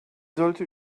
sollte